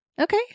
okay